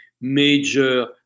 major